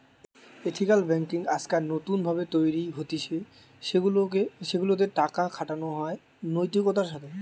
ethical banking আজকাল নতুন ভাবে তৈরী হতিছে সেগুলা তে টাকা খাটানো হয় নৈতিকতার সাথে